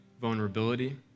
vulnerability